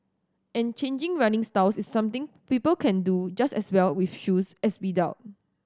and changing running styles is something people can do just as well with shoes as without